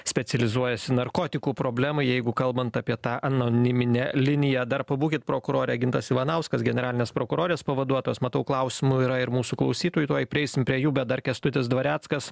specializuojasi narkotikų problema jeigu kalbant apie tą anoniminę liniją dar pabūkit prokurore gintas ivanauskas generalines prokurorės pavaduotojas matau klausimų yra ir mūsų klausytojų tuoj prieisim prie jų bet dar kęstutis dvareckas